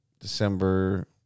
December